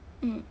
mm